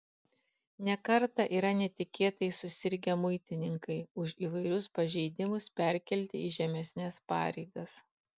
ne kartą yra netikėtai susirgę muitininkai už įvairius pažeidimus perkelti į žemesnes pareigas